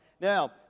Now